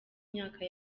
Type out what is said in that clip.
imyaka